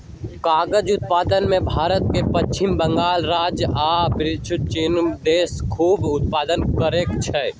कागज़ उत्पादन में भारत के पश्चिम बंगाल राज्य आ विश्वमें चिन देश खूब उत्पादन करै छै